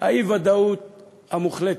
האי-וודאות המוחלטת,